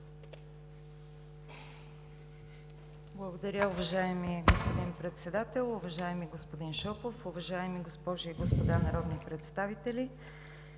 Благодаря, уважаеми господин Председател. Уважаеми господин Шопов, уважаеми госпожи и господа народни представители!